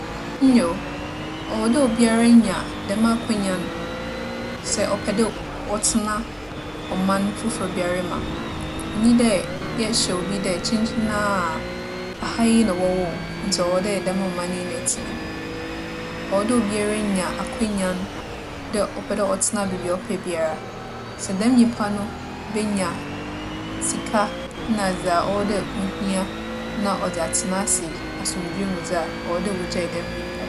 Nyew, ͻwͻ dɛ obiara nya dɛm akwannya no, sɛ ͻpɛ dɛ o - ͻtsena ͻman fofor biara mu a. Onnyi dɛ yɛhyɛ obi dɛ kyenkyen ara a, aha yi na wͻwoo wo ntsi ͻwͻ dɛ dɛm ͻman yi mu na etsena mu. ͻwͻ dɛ obiara nya akwannya no dɛ ͻpɛ dɛ ͻtsena beebiara. Sɛ dɛm nyimpa no benya sika na dza ͻwͻ dɛ ohia na ͻdze atsena ase asomdwee mu dze a, ͻwͻ dɛ wogyaa dɛm nyimpa no.